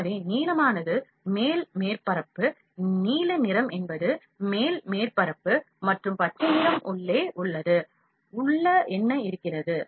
எனவே நீலமானது மேல் மேற்பரப்பு நீல நிறம் என்பது மேல் மேற்பரப்பு மற்றும் பச்சை நிறம் உள்ளே உள்ளது உள்ளே என்ன இருக்கிறது